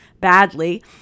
badly